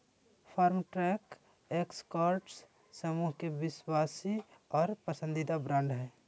Farmtrac Escorts समूह के विश्वासी और पसंदीदा ब्रांड हइ